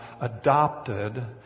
adopted